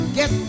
get